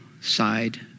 side